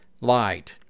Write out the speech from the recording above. light